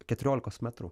keturiolikos metrų